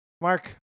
Mark